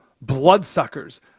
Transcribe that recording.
bloodsuckers